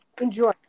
enjoy